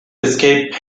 escape